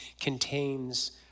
contains